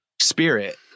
spirit